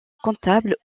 comptable